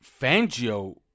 Fangio